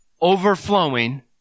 overflowing